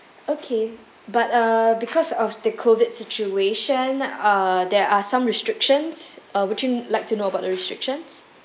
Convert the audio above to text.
okay but uh because of the COVID situation uh there are some restrictions uh would you like to know about the restrictions